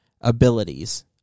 abilities